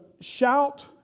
shout